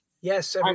Yes